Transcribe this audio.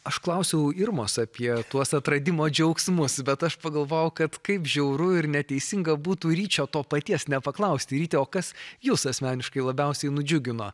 aš klausiau irmos apie tuos atradimo džiaugsmus bet aš pagalvojau kad kaip žiauru ir neteisinga būtų ryčio to paties nepaklausti ryti o kas jus asmeniškai labiausiai nudžiugino